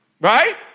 right